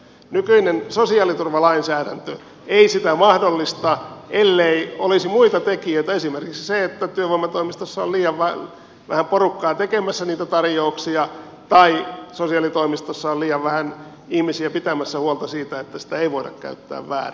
nykyinen sosiaaliturvalainsäädäntö ei sitä mahdollista ellei olisi muita tekijöitä esimerkiksi se että työvoimatoimistossa on liian vähän porukkaa tekemässä niitä tarjouksia tai sosiaalitoimistossa on liian vähän ihmisiä pitämässä huolta siitä että sitä ei voida käyttää väärin